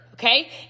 Okay